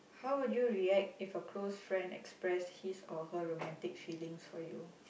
how would you react if a close friend expressed his or her romantic feelings for you